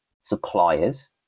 suppliers